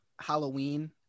halloween